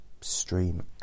stream